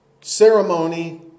ceremony